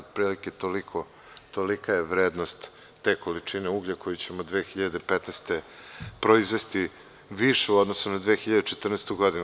Otprilike tolika je vrednost te količine uglja koji ćemo 2015. godine proizvesti više u odnosu na 2014. godinu.